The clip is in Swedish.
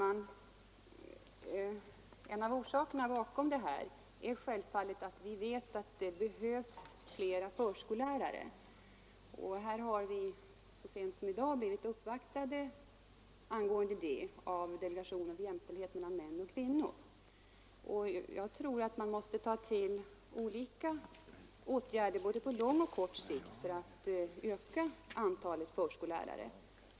Herr talman! Som bekant behövs det fler förskollärare. Så sent som i dag har vi i departementet blivit uppvaktade i den frågan av delegationen för jämställdhet mellan män och kvinnor. Man måste ta till olika åtgärder både på lång och kort sikt för att öka antalet förskollärare.